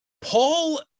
Paul